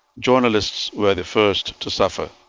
journalists were the first to suffer.